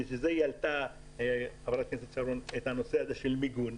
העלתה חברת הכנסת שרן את הנושא הזה של מיגון.